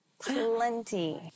Plenty